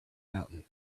mountain